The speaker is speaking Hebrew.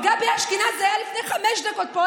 גבי אשכנזי היה לפני חמש דקות פה.